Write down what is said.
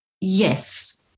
Yes